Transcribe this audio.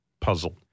puzzled